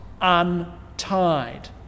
untied